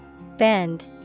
Bend